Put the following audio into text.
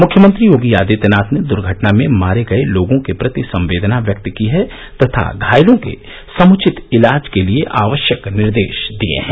मुख्यमंत्री योगी आदित्यनाथ ने दुर्घटना में मारे गए लोगों के प्रति संवेदना व्यक्त की है तथा घायलों के समुचित इलाज के लिए आवश्यक निर्देश जारी किए हैं